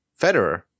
Federer